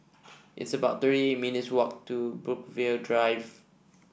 it's about thirty minutes' walk to Brookvale Drive